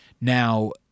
Now